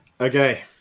Okay